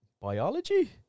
biology